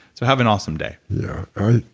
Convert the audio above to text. so have an awesome day yeah.